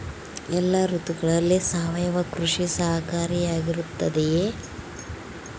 ಎಲ್ಲ ಋತುಗಳಲ್ಲಿ ಸಾವಯವ ಕೃಷಿ ಸಹಕಾರಿಯಾಗಿರುತ್ತದೆಯೇ?